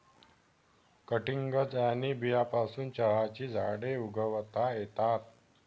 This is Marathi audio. कटिंग्ज आणि बियांपासून चहाची झाडे उगवता येतात